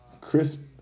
Crisp